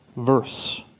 verse